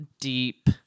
deep